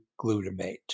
glutamate